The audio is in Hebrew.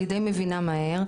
אני מבינה די מהר,